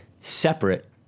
separate